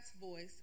voice